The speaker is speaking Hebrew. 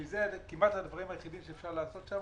כי אלה כמעט הדברים היחידים שאפשר לעשות שם,